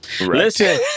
Listen